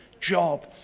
job